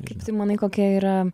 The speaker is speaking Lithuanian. kaip tu manai kokia yra